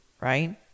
right